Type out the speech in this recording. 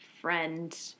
friend